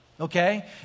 okay